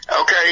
Okay